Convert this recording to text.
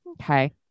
Okay